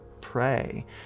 pray